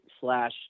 slash